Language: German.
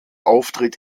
auftritt